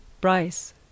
Bryce